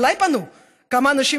אליי פנו כמה אנשים,